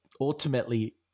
ultimately